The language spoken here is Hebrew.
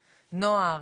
נוער,